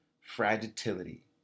fragility